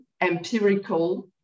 empirical